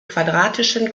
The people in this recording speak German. quadratischen